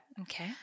Okay